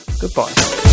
Goodbye